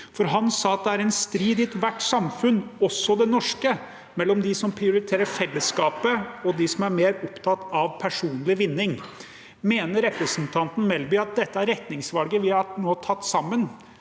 Han sa at det er en strid i ethvert samfunn, også det norske, mellom de som prioriterer fellesskapet, og de som er mer opptatt av personlig vinning. Mener representanten Melby at det retningsvalget vi nå har tatt sammen,